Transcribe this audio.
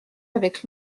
avec